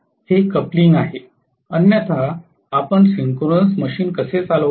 हे कपलिंग आहे अन्यथा आपण सिंक्रोनस मशीन कसे चालवाल